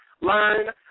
Learn